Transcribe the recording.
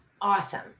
awesome